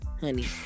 honey